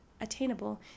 attainable